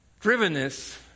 Drivenness